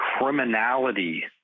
criminality